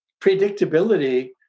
predictability